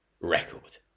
record